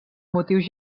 motius